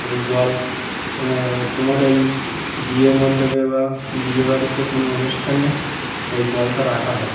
ওই জল তোমার এইই বিয়ে মণ্ডপে বা বিয়ে বাাড়িতে কোনো অনুষ্ঠানে ওই জলটা রাখা হয়